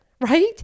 Right